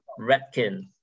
Redkin